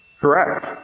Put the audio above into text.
Correct